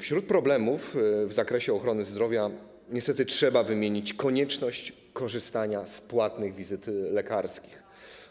Wśród problemów w zakresie ochrony zdrowia niestety trzeba wymienić konieczność korzystania z płatnych wizyt lekarskich